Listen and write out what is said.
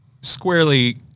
Squarely